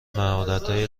مهارتهای